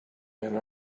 been